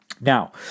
now